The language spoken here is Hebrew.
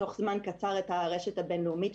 ניזון מרשתות חברתיות אחרות,